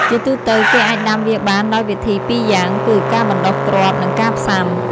ជាទូទៅ គេអាចដាំវាបានដោយវិធីពីរយ៉ាងគឺ ការបណ្ដុះគ្រាប់ និង ការផ្សាំ។